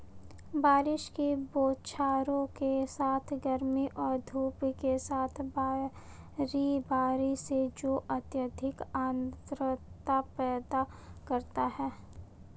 बारिश की बौछारों के साथ गर्मी और धूप के साथ बारी बारी से जो अत्यधिक आर्द्रता पैदा करता है